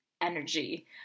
energy